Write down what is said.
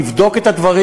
נבדוק את הדברים.